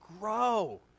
grow